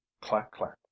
Clack-clack